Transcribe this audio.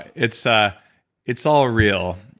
it's ah it's all real.